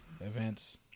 events